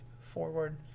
forward